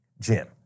Jim